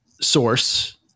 source